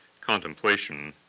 contemplation.